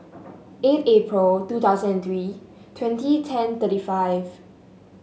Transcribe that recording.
eight April two thousand and three twenty ten thirty five